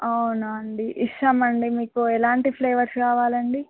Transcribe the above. అవునా అండి ఇస్తాంమండి మీకు ఎలాంటి ఫ్లేవర్స్ కావాలండి